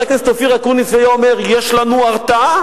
חבר הכנסת אופיר אקוניס והיה אומר: יש לנו הרתעה?